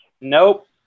Nope